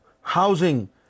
housing